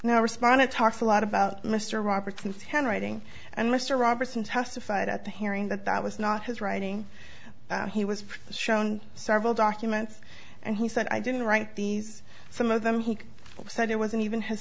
now responded talks a lot about mr robertson's handwriting and mr roberson testified at the hearing that that was not his writing he was shown several documents and he said i didn't write these some of them he said it wasn't even his